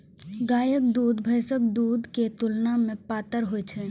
गायक दूध भैंसक दूध के तुलना मे पातर होइ छै